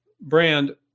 brand